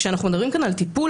כשאנחנו מדברים כאן על טיפול,